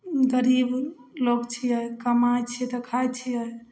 गरीब लोक छियै कमाइ छियै तऽ खाइ छियै